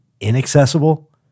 inaccessible